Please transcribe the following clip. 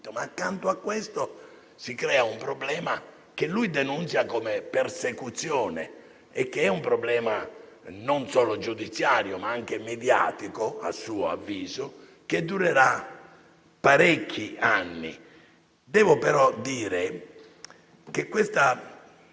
partiti), si crea un problema che egli denunzia come persecuzione e che è un problema non solo giudiziario, ma anche mediatico (a suo avviso), che durerà parecchi anni. Devo però dire che, in questa